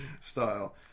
style